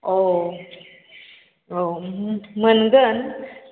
औ औ मोनगोन